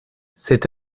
c’est